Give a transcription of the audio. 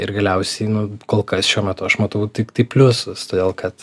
ir galiausiai nu kol kas šiuo metu aš matau tiktai pliusus todėl kad